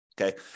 Okay